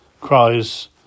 cries